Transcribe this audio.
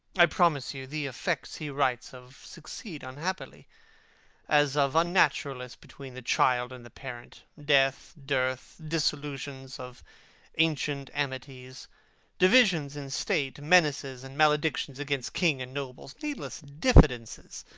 i promise you, the effects he writes of succeed unhappily as of unnaturalness between the child and the parent death, dearth, dissolutions of ancient amities divisions in state, menaces and maledictions against king and nobles needless diffidences,